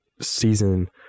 season